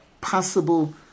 possible